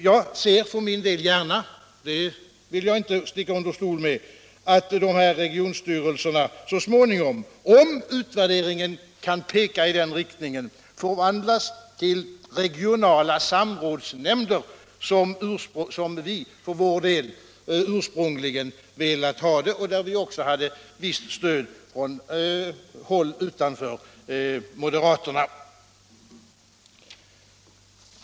Jag ser för min del gärna — det vill jag inte sticka under stol med —- att regionstyrelserna så småningom, om utvärderingen pekar i den riktningen, förvandlas till regionala samrådsnämnder, som vi ursprungligen föreslog. På den punkten hade vi också visst stöd av andra än moderaterna.